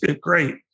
great